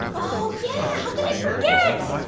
oh, yeah. how could i forget?